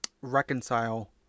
reconcile